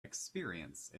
experience